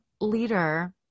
leader